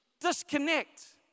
disconnect